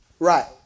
Right